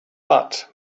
but